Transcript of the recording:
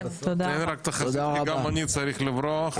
תראה רק תחזית כי גם אני צריך לברוח.